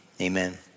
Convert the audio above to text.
Amen